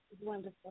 wonderful